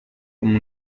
como